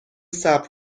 صبر